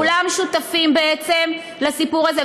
כולם שותפים בעצם לסיפור הזה,